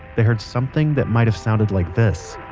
they heard something that might have sounded like this,